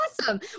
awesome